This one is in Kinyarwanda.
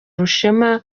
rushema